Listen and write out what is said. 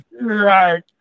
Right